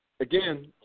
Again